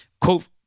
quote